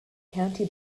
county